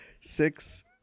six